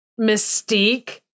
mystique